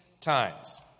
times